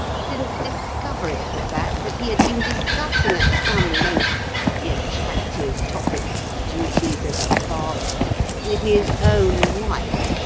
since discovery of the fact that he had been discussing at some length the attractive topic, duties of a father with his own wife,